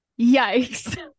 Yikes